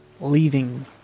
leaving